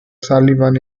sullivan